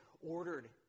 ordered